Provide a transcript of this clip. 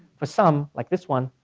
for some, like this one,